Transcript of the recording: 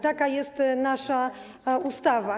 Taka jest nasza ustawa.